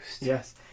Yes